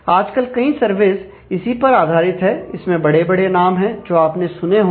आजकल कई सर्विस इसी पर आधारित हैं इसमें बड़े बड़े नाम हैं जो आपने सुने होंगे